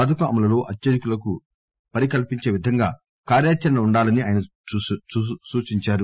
పథకం అమలులో అత్యధికులకు పని కల్పించే విధంగా కార్యాచరణ వుండాలని ఆయన చూసించారు